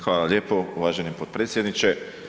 Hvala lijepo uvaženi potpredsjedničke.